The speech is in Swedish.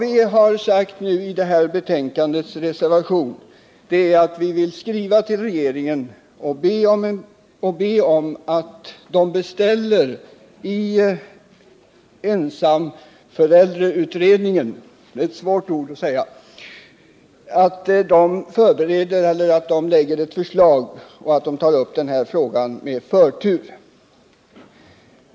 I den socialdemokratiska reservationen till det nu föreliggande betänkandet har vi sagt att riksdagen bör skriva till regeringen och beställa ett förslag från ensamförälderkommittén och samtidigt begära att kommittén tar upp frågan med förtur.